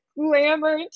glamour